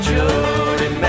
Jody